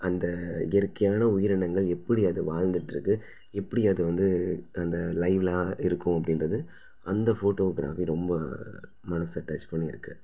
அந்த இயற்கையான உயிரினங்கள் எப்படி அது வாழ்ந்துட்ருக்கு எப்படி அது வந்து அந்த லைவில் இருக்கும் அப்படின்றது அந்த ஃபோட்டோகிராஃபி ரொம்ப மனதை டச் பண்ணியிருக்கு